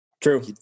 True